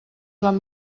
van